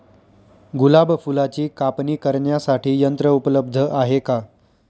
गुलाब फुलाची कापणी करण्यासाठी यंत्र उपलब्ध आहे का?